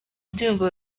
ndirimbo